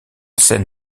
scène